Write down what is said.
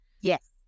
Yes